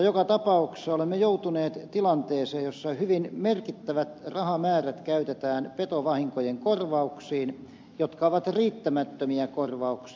joka tapauksessa olemme joutuneet tilanteeseen jossa hyvin merkittävät rahamäärät käytetään petovahinkojen korvauksiin jotka ovat riittämättömiä korvauksia